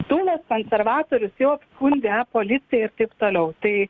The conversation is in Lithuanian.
tūlas konservatorius jau apskundė policijai ir taip toliau tai